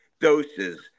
doses